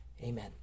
Amen